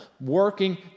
working